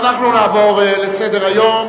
ואנחנו נעבור לסדר-היום.